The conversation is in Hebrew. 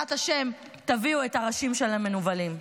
בעזרת השם, תביאו את הראשים של המנוולים.